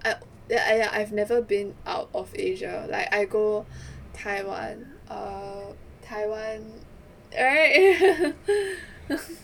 I !aiya! I've never been out of asia like I go taiwan err taiwan right